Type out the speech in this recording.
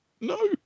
No